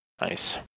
Nice